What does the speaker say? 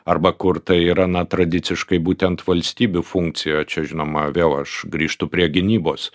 arba kur tai yra na tradiciškai būtent valstybių funkcija čia žinoma vėl aš grįžtu prie gynybos